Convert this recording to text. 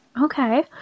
Okay